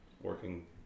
working